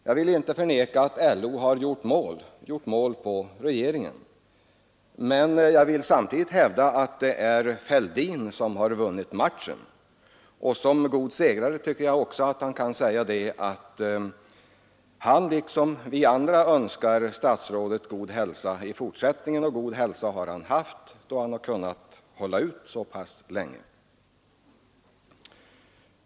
Jag vill inte förneka att LO har gjort mål på regeringen, men jag vill samtidigt hävda att det är herr Fälldin som har vunnit matchen. Jag tycker också att han som god segrare kan säga att han liksom vi andra önskar statsrådet en god hälsa i fortsättningen. Statsrådet har också haft en god hälsa, eftersom han kunnat vara med så pass länge.